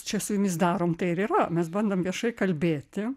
čia su jumis darom tai ir yra mes bandom viešai kalbėti